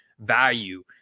value